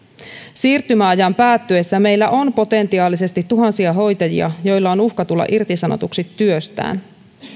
siirtymäajan päättyessä meillä on potentiaalisesti tuhansia hoitajia joilla on uhka tulla irtisanotuksi työstään